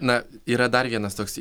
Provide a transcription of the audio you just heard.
na yra dar vienas toks